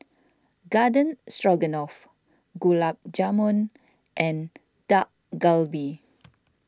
Garden Stroganoff Gulab Jamun and Dak Galbi